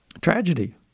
Tragedy